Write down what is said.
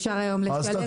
אין בעיה.